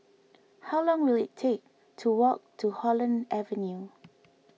how long will it take to walk to Holland Avenue